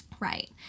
Right